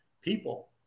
people